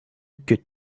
good